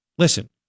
Listen